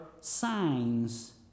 signs